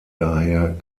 daher